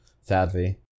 sadly